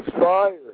fire